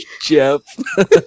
Jeff